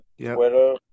Twitter